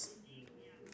okay